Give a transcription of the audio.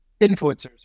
influencers